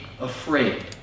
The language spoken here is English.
afraid